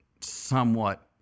somewhat